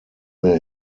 mehr